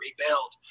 rebuild